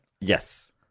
Yes